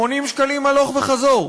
80 שקלים הלוך וחזור.